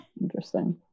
Interesting